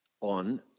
on